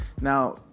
Now